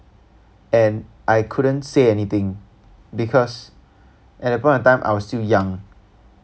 and I couldn't say anything because at that point of time I was still young